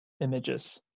images